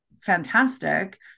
fantastic